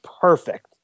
perfect